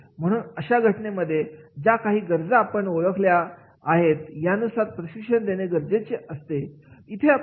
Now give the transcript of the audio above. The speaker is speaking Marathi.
म्हणून अशा घटनेमध्ये ज्या काही गरजा आपण ओळखल्या आहेत यानुसार प्रशिक्षण गरजेचे असेल